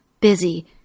busy